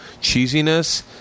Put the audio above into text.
Cheesiness